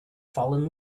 fallen